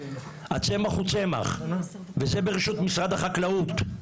הצמח הוא צמח וזה ברשות משרד החקלאות.